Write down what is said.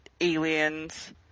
aliens